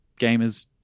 gamers